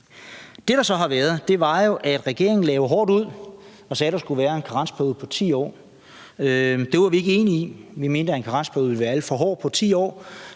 regeringen lagde hårdt ud og sagde, at der skulle være en karensperiode på 10 år. Det var vi ikke enige i; vi mente, at en karensperiode på 10 år